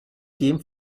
dem